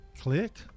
click